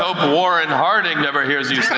so but warren harding never hears you say